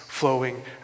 flowing